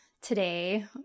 today